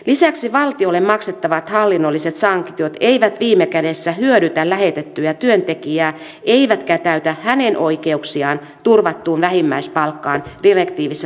lisäksi valtiolle maksettavat hallinnolliset sanktiot eivät viime kädessä hyödytä lähetettyä työntekijää eivätkä täytä hänen oikeuksiaan turvattuun vähimmäispalkkaan direktiivissä tarkoitetulla tavalla